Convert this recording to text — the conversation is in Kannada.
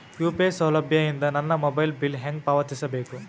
ಯು.ಪಿ.ಐ ಸೌಲಭ್ಯ ಇಂದ ನನ್ನ ಮೊಬೈಲ್ ಬಿಲ್ ಹೆಂಗ್ ಪಾವತಿಸ ಬೇಕು?